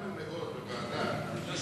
הגבלנו מאוד בוועדה, יפה.